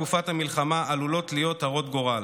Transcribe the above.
בתקופת המלחמה עלולות להיות הרות גורל.